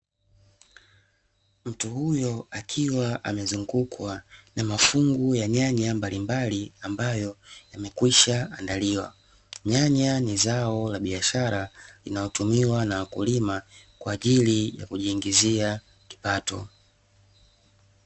Mtu huyo, akiwa amezungukwa na mafungu ya nyaya mbalimbali ambayo yamekwisha andaliwa , nyanya ni zao la biashara linalotumiwa na wakulima kwa ajili ya kujiingizia kipato.